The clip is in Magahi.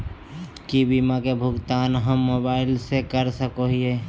की बीमा के भुगतान हम मोबाइल से कर सको हियै?